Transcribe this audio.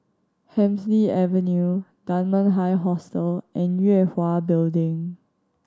Hemsley Avenue Dunman High Hostel and Yue Hwa Building